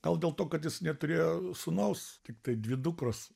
gal dėl to kad jis neturėjo sūnaus tiktai dvi dukras